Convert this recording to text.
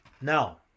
Now